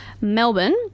Melbourne